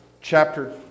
chapter